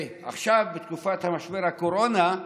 עכשיו, בתקופת משבר הקורונה,